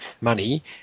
money